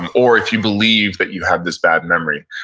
and or if you believe that you have this bad memory.